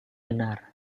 benar